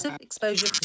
exposure